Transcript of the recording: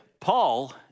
paul